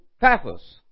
Paphos